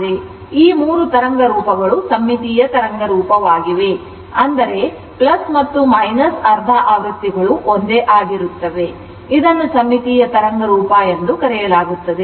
ಈ 3 ತರಂಗ ರೂಪಗಳು ಸಮ್ಮಿತೀಯ ತರಂಗ ರೂಪವಾಗಿವೆ ಅಂದರೆ ಮತ್ತು ಅರ್ಧ ಆವೃತ್ತಿಗಳು ಒಂದೇ ಆಗಿರುತ್ತವೆ ಇದನ್ನು ಸಮ್ಮಿತೀಯ ತರಂಗ ರೂಪ ಎಂದು ಕರೆಯಲಾಗುತ್ತದೆ